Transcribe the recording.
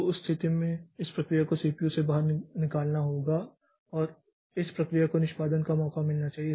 तो उस स्थिति में इस प्रक्रिया को सीपीयू से बाहर निकालना होगा और इस प्रक्रिया को निष्पादन का मौका मिलना चाहिए